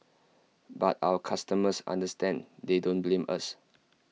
but our customers understand they don't blame us